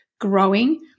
growing